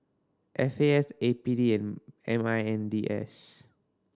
F A S A P D and M I N D S